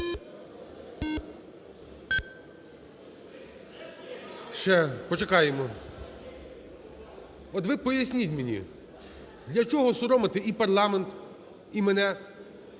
Ще почекаємо. От ви поясність мені, для чого соромити і парламент, і мене?